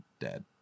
dead